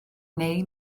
neu